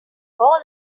all